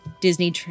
Disney